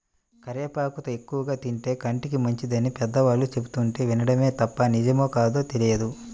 కరివేపాకు ఎక్కువగా తింటే కంటికి మంచిదని పెద్దవాళ్ళు చెబుతుంటే వినడమే తప్ప నిజమో కాదో తెలియదు